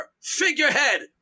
figurehead